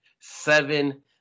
seven